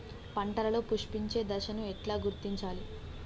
పంటలలో పుష్పించే దశను ఎట్లా గుర్తించాలి?